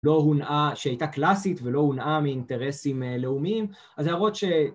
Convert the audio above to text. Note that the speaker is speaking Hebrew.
לא הונעה שהייתה קלאסית ולא הונעה מאינטרסים לאומיים